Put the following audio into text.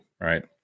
right